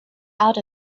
out